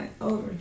over